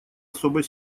особой